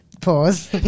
Pause